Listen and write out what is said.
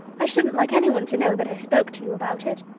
i shouldn't like anyone to know that i spoke to you about it.